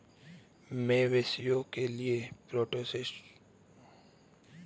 मवेशियों के लिए प्रोजेस्टेरोन, टेस्टोस्टेरोन, ट्रेनबोलोन आदि हार्मोन उपयोग किया जाता है